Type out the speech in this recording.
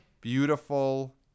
Beautiful